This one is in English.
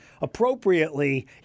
appropriately